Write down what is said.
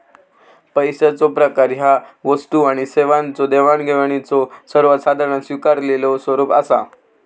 पैशाचो प्रकार ह्या वस्तू आणि सेवांच्यो देवाणघेवाणीचो सर्वात साधारण स्वीकारलेलो स्वरूप असा